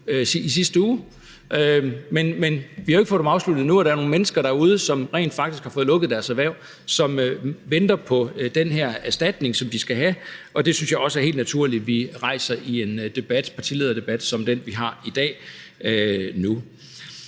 i sidste uge. Men vi har jo ikke fået dem afsluttet endnu, og der er nogle mennesker derude, som rent faktisk har fået lukket deres erhverv, og som venter på den her erstatning, som de skal have. Det spørgsmål synes jeg også er helt naturligt at vi rejser i en sådan en partilederdebat, som vi har i dag.